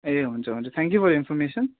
ए हुन्छ हुन्छ thank you for your information